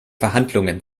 verhandlungen